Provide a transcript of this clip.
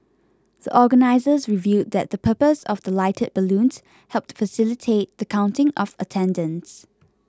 the organisers revealed that the purpose of the lighted balloons helped facilitate the counting of attendance